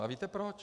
A víte proč?